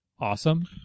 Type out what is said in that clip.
awesome